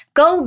go